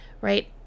right